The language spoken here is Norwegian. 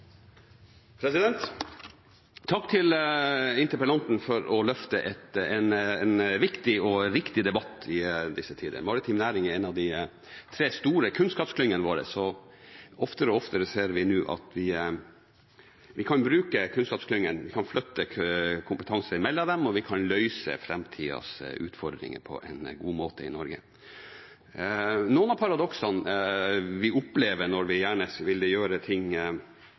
delen. Takk til interpellanten for å løfte en viktig og riktig debatt i disse tider. Maritim næring er en av de tre store kunnskapsklyngene våre, og oftere og oftere ser vi nå at vi kan bruke kunnskapsklyngene, vi kan flytte kompetanse mellom dem, og vi kan løse framtidas utfordringer på en god måte i Norge. Noen av paradoksene vi opplever når vi gjerne vil gjøre ting